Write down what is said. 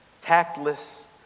tactless